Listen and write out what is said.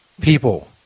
people